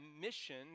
mission